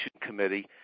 committee